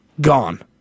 gone